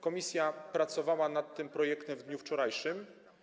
Komisja pracowała nad tym projektem w dniu wczorajszym.